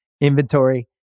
inventory